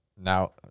Now